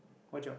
what job